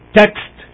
text